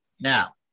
Now